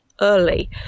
early